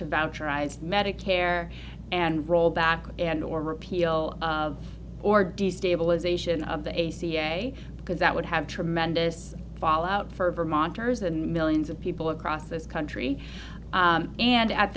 to voucher ised medicare and rollback and or repeal of or destabilization of the a cia because that would have tremendous fall out for monitors and millions of people across this country and at